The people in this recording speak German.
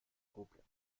koblenz